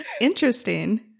Interesting